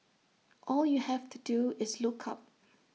all you have to do is look up